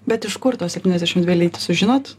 bet iš kur tos septyniasdešim dvi lytys jūs žinot